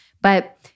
but-